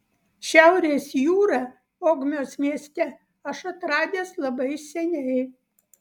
šiaurės jūrą ogmios mieste aš atradęs labai seniai